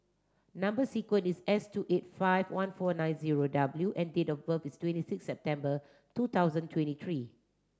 number sequence is S two eight five one four nine zero W and date of birth is twenty six September two thousand twenty three